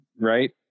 right